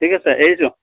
ঠিক আছে এৰিছোঁ